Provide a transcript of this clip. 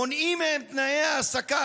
מונעים מהם תנאי העסקה,